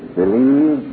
believe